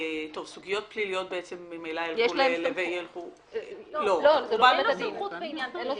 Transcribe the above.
סוגיות פליליות ממילא ילכו --- אין לו סמכות בעניין פלילי.